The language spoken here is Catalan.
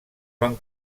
van